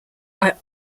are